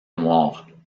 noir